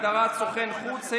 הגדרת סוכן חוץ),